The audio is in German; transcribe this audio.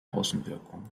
außenwirkung